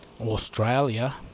Australia